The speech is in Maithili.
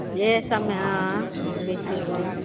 एहि सबमे हँ घुमली फिरली